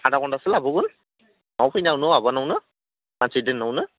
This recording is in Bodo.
आधा घन्टासो लाबावगोन माव फैनायावनो माबानायावनो मानसि दोननायावनो